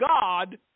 God